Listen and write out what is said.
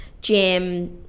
gym